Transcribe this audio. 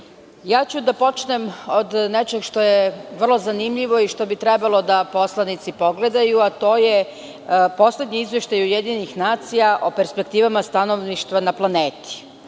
počeću od nečeg što je vrlo zanimljivo i što bi trebalo da poslanici pogledaju, a to je poslednji Izveštaj UN o perspektivama stanovništva na planeti.